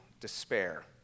despair